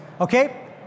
Okay